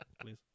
Please